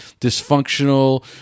dysfunctional